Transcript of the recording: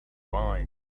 wine